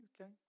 okay